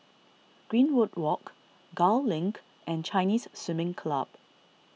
Greenwood Walk Gul Link and Chinese Swimming Club